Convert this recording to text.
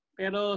pero